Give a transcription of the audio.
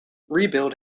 rebuild